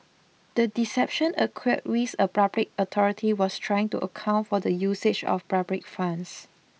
the deception occurred whilst a public authority was trying to account for the usage of public funds